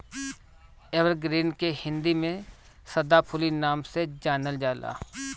evergreen के हिंदी में सदाफुली नाम से जानल जाला